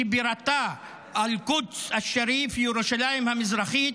שבירתה אל-קודס, אל-שריף, ירושלים המזרחית,